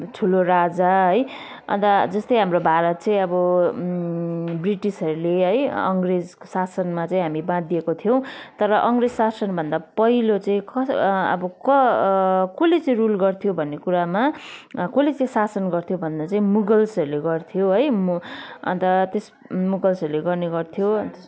ठुलो राजा है अन्त जस्तै हाम्रो भारत चाहिँ अब ब्रिटिसहरूले है अङ्ग्रेजको शासनमा चाहि हामी बाँधिएका थियौँ तर अङ्ग्रेज शासनभन्दा पहिलो चाहिँ कसले चाहिँ रुल गर्थ्यो भन्ने कुरामा कसले चाहिँ शासन गर्थ्यो भन्दा चाहिँ मुगल्सहरूले गर्थ्यो है अन्त त्यस मुगल्सहरूले गर्ने गर्थ्यो